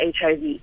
HIV